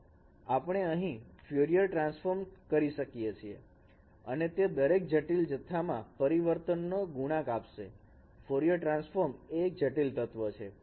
આપણે અહીં Fourier transform કરી શકીએ છીએ અને તે દરેક જટિલ જથ્થામાં પરિવર્તનનો ગુણાંક આપશે ફ્યુરિયર ટ્રાન્સફોર્મ એ એક જટિલ તત્વ છે